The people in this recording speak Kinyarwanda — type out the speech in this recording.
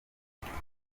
rihanna